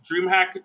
DreamHack